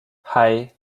hei